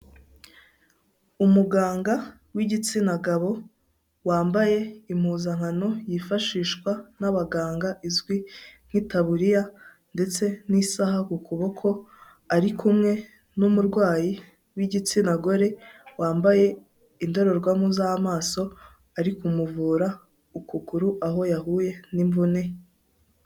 Umuganga w'igitsina gabo wambaye impuzankano yifashishwa n'abaganga izwi nk'itaburiya ndetse n'isaha ku kuboko, ari kumwe n'umurwayi w'igitsina gore wambaye indorerwamo z'amaso ari kumuvura ukuguru aho yahuye n'imvune.